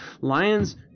Lions